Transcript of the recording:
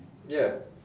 ya